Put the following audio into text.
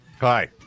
Hi